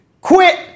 quit